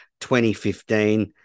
2015